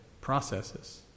processes